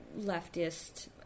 leftist